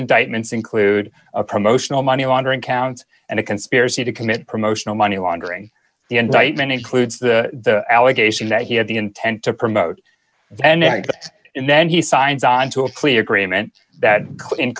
indictments include a promotional money laundering count and a conspiracy to commit promotional money laundering the enlightment includes the allegation that he had the intent to promote an act and then he signed onto a clear agreement that